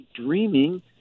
dreaming